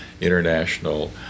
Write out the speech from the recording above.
international